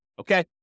Okay